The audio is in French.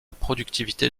productivité